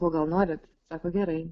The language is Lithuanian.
o gal norit sako gerai